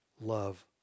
love